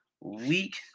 week